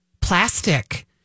plastic